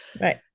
Right